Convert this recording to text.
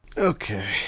okay